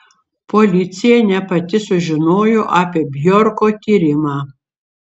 policija ne pati sužinojo apie bjorko tyrimą